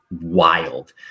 wild